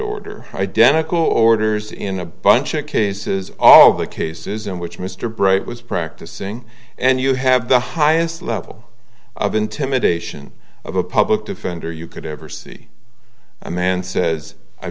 order identical orders in a bunch of cases all the cases in which mr bright was practicing and you have the highest level of intimidation of a public defender you could ever see a man says i